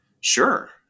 sure